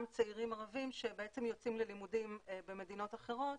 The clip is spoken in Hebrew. צעירים ערביים שיוצאים ללימודים במדינות אחרות,